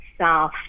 south